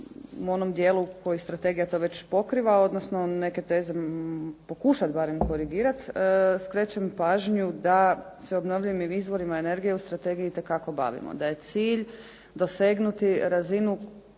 u onom dijelu koji strategija to već pokriva, odnosno neke teze pokušati barem korigirati. Skrećem pažnju da se obnovljivim izvorima energije u strategiji itekako bavimo. Da je cilj dosegnuti razinu